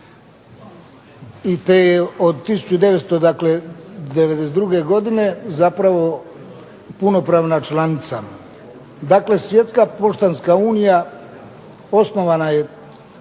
i od te 1992 godine zapravo punopravna članica. Dakle, Svjetska poštanska unija osnovana je